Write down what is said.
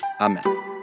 Amen